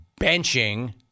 benching